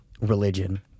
Religion